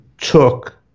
took